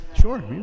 Sure